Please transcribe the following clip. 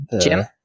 Jim